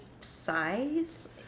size